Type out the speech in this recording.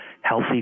healthy